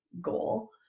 goal